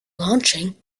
launching